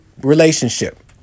relationship